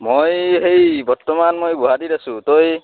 মই এই সেই বৰ্তমান মই গুৱাহাটীত আছোঁ তই